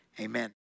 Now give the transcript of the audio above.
Amen